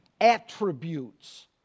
attributes